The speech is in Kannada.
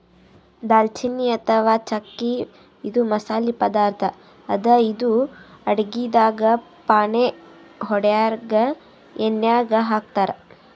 ದಾಲ್ಚಿನ್ನಿ ಅಥವಾ ಚಕ್ಕಿ ಇದು ಮಸಾಲಿ ಪದಾರ್ಥ್ ಅದಾ ಇದು ಅಡಗಿದಾಗ್ ಫಾಣೆ ಹೊಡ್ಯಾಗ್ ಎಣ್ಯಾಗ್ ಹಾಕ್ತಾರ್